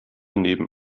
neben